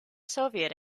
soviet